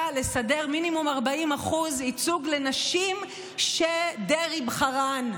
לסדר מינימום 40% ייצוג לנשים שדרעי בחרן,